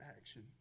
action